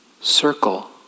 circle